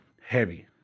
Heavy